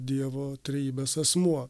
dievo trejybės asmuo